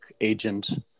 agent